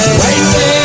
waiting